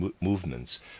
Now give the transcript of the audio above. movements